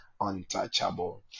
untouchable